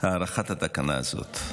הארכת התקנה הזאת.